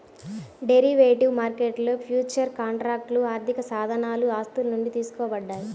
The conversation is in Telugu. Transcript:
డెరివేటివ్ మార్కెట్లో ఫ్యూచర్స్ కాంట్రాక్ట్లు ఆర్థికసాధనాలు ఆస్తుల నుండి తీసుకోబడ్డాయి